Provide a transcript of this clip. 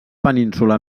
península